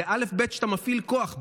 זה אלף-בית כשאתה מפעיל כוח,